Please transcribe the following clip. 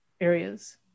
areas